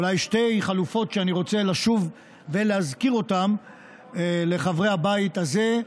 אולי שתי חלופות שאני רוצה לשוב ולהזכיר אותן לחברי הבית הזה,